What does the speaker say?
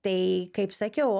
tai kaip sakiau